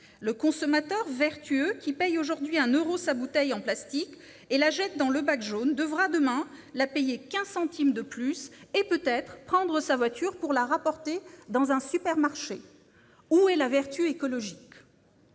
Le consommateur vertueux, qui paye aujourd'hui un euro sa bouteille en plastique et la jette dans le bac jaune, devra demain la payer 15 centimes de plus, voire peut-être prendre sa voiture pour la rapporter dans un supermarché. Où est la vertu écologique ?